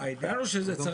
הוא רוצה שזה יהיה מאורגן.